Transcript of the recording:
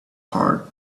heart